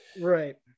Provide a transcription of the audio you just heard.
right